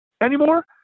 anymore